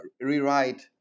rewrite